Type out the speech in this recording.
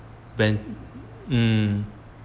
ben~ mm